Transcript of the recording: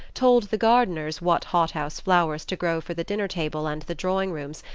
told the gardeners what hot-house flowers to grow for the dinner-table and the drawing-rooms,